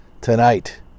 tonight